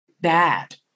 bad